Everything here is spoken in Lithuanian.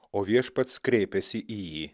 o viešpats kreipėsi į jį